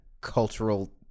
cultural